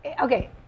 Okay